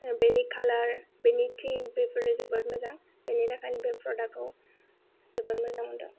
बेनि कालार बेनि टिन्ट बेफोर जोबोद मोजां बेनि थाखायनो बे प्रडाक्टखौ जोबोद मोजां मोनदों